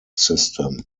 system